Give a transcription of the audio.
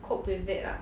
cope with it lah